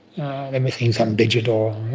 and missing some digit or